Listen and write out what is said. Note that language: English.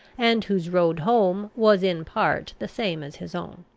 and whose road home was in part the same as his own.